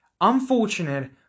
unfortunate